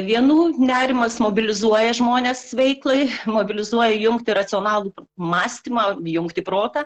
vienų nerimas mobilizuoja žmones veiklai mobilizuoja įjungti racionalų mąstymą bei jungti protą